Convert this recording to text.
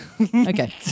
Okay